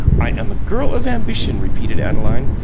i am a girl of ambition, repeated adeline,